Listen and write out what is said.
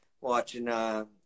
watching